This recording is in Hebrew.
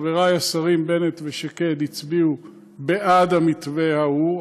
חברי השרים בנט ושקד הצביעו בעד המתווה ההוא,